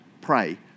pray